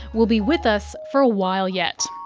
will be with us for a while yet.